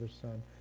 son